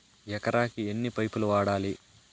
ఎకరాకి ఎన్ని పైపులు వాడాలి?